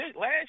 Last